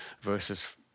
versus